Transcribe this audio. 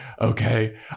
Okay